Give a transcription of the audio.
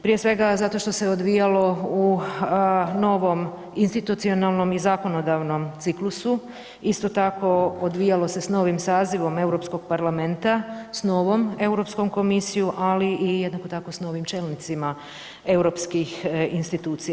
Prije svega zato što se odvijalo u novom institucionalnom i zakonodavnom ciklusu, isto tako odvijalo se s novim sazivom Europskog parlamenta, s novom Europskom komisijom, ali i jednako tako s novim čelnicima europskih institucija.